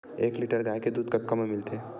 एक लीटर गाय के दुध कतका म मिलथे?